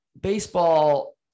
baseball